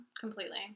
completely